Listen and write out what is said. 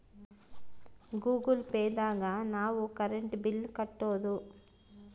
Google Pay ದಾಗ ನಾವ್ current bill ಕಟ್ಟೋದು